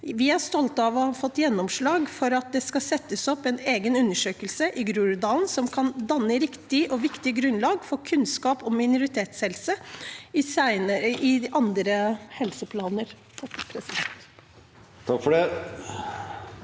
Vi er stolt av å ha fått gjennomslag for at det skal komme en egen undersøkelse i Groruddalen som kan danne riktig og viktig grunnlag for kunnskap om minoritetshelse i andre helseplaner. Morten